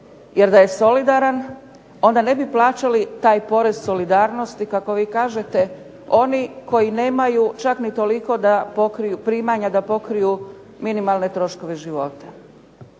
jer da je solidaran onda ne bi plaćali taj porez solidarnosti kako vi kažete. Oni koji nemaju čak ni toliko da pokriju primanja, da pokriju minimalne troškove života.